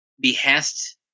behest